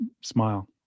smile